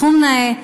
סכום נאה,